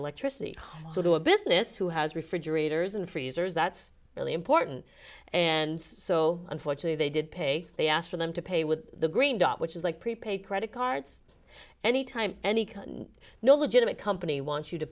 electricity so to a business who has refrigerators and freezers that's really important and so unfortunately they did pay they asked for them to pay with the green dot which is like prepaid credit cards any time any no legitimate company wants you to